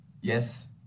Yes